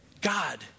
God